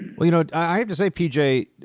well you know i have to say, p j,